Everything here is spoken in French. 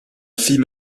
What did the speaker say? fille